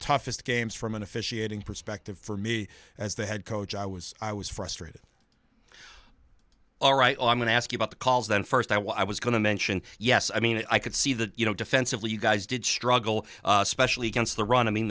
toughest games from an officiating perspective for me as the head coach i was i was frustrated all right i'm going to ask you about the calls then first i was going to mention yes i mean i could see that you know defensively you guys did struggle especially against the run